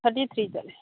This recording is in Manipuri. ꯊꯥꯔꯇꯤ ꯊ꯭ꯔꯤ ꯆꯠꯂꯦ